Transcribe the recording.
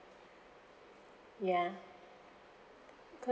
ya